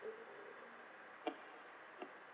okay